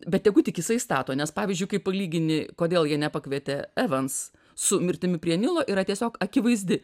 bet tegu tik jisai stato nes pavyzdžiui kai palygini kodėl jie nepakvietė evans su mirtimi prie nilo yra tiesiog akivaizdi